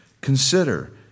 Consider